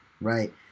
right